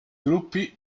gruppi